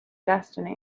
destiny